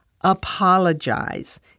Apologize